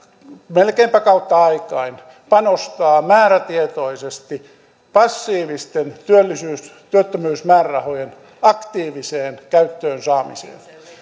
melkeinpä kautta aikain panostaa määrätietoisesti passiivisten työttömyysmäärärahojen aktiiviseen käyttöön saamiseen